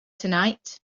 tonight